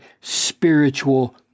spiritual